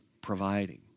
providing